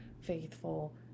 faithful